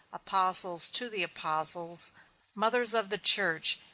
apostles to the apostles mothers of the church,